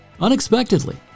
unexpectedly